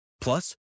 Plus